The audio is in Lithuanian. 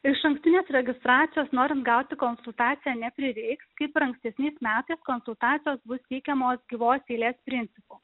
išankstinės registracijos norint gauti konsultaciją neprireiks kaip ir ankstesniais metais konsultacijos bus teikiamos gyvos eilės principu